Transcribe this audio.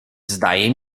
zdaje